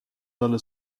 talle